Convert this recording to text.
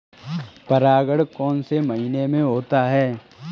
परागण कौन से महीने में होता है?